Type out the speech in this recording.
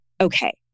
okay